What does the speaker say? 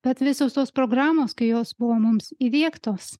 tad visos tos programos kai jos buvo mums įdiegtos